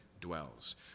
dwells